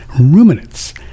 Ruminants